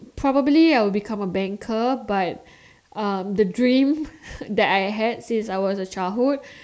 probably I'll become a banker but um the dream that I had since I was a childhood